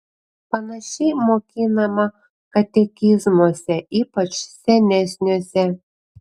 panašiai mokinama katekizmuose ypač senesniuose